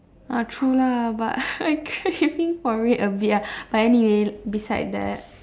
ah true lah but I'm craving for it a bit ah but anyway beside that